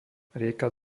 rieka